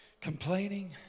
Complaining